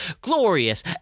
glorious